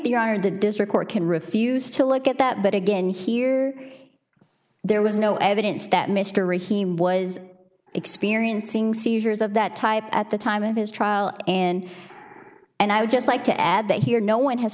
they are the district court can refuse to look at that but again here there was no evidence that mr ray he was experiencing seizures of that type at the time of his trial in and i would just like to add that here no one has